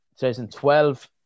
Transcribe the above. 2012